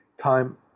time